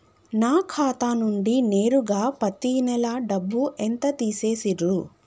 నా ఖాతా నుండి నేరుగా పత్తి నెల డబ్బు ఎంత తీసేశిర్రు?